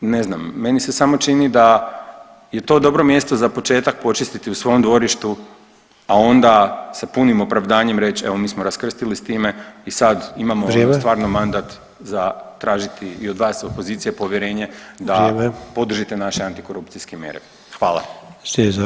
Ne znam, meni se samo čini da je to dobro mjesto za početak počistiti u svom dvorištu, a onda sa punim opravdanjem reći, evo, mi smo raskrstili s time i sad stvarno imamo stvarno mandat [[Upadica: Vrijeme.]] za tražiti i od vas opozicije povjerenje da [[Upadica: Vrijeme.]] podržite naše antikorupcijske mjere.